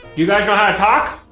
you guys know how to talk.